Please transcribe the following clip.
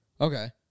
Okay